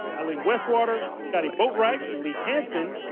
eileen westwater, scotty boatwright, willi hanson,